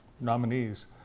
nominees